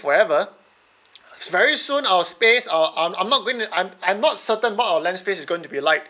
forever very soon our space our I'm I'm not going to I'm I'm not certain what our land space is going to be like